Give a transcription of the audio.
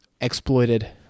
exploited